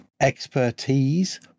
expertise